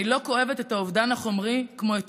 אני לא כואבת את האובדן החומרי כמו את